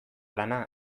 lana